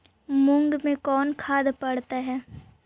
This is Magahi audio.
मुंग मे कोन खाद पड़तै है?